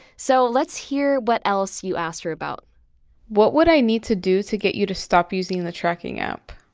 so let's hear what else you asked her about what would i need to do to get you to stop using the tracking app?